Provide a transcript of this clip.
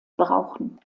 brauchen